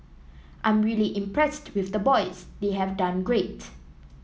I'm really impressed with the boys they have done great